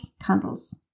candles